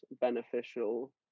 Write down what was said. beneficial